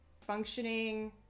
functioning